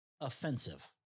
offensive